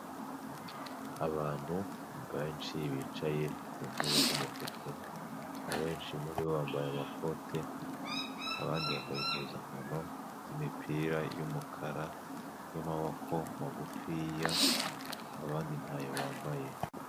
Abantu benshi bicaye ku ntebe z'umutuku abenshi muri bambaye amakote abandi bambaye impuzankano z'imipira y'umukara y'amaboko magufiya abandi ntayo bambaye.